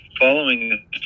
following